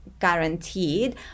guaranteed